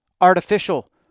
artificial